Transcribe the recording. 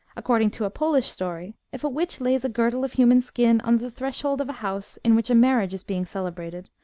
according to a polish story, if a witch lays a girdle of human skin on the threshold of a house in which a marriage is being celebrated,